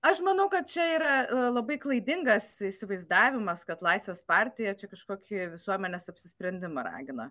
aš manau kad čia yra labai klaidingas įsivaizdavimas kad laisvės partija čia kažkokį visuomenės apsisprendimą ragina